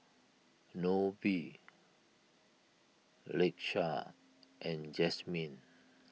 Nobie Lakesha and Jazmyn